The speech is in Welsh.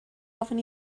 ofyn